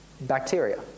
bacteria